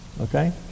Okay